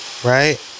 Right